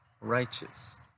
righteous